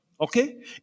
Okay